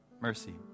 mercy